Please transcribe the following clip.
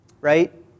Right